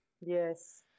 Yes